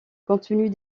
continue